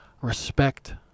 respect